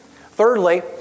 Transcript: Thirdly